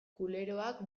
kuleroak